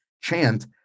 chant